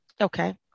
Okay